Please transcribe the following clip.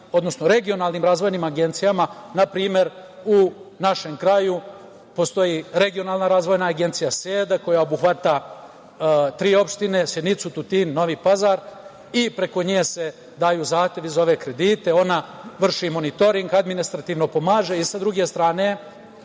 odnosno regionalnim razvojnim agencijama npr. u našem kraju postoji regionalna razvojna agencija SEDA koja obuhvata tri opštine, Sjenicu, Tutin, Novi Pazar i preko nje se predaju zahtevi za ove kredite. Ona vrši monitoring, administrativno pomaže, sa druge strane